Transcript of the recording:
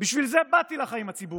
בשביל זה באתי לחיים הציבוריים.